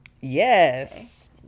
yes